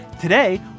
Today